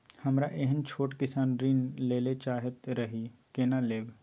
हमरा एहन छोट किसान ऋण लैले चाहैत रहि केना लेब?